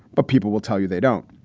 but people will tell you they don't.